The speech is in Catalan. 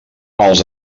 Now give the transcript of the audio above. els